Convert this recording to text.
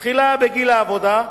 תחילה, בגיל העבודה,